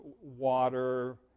water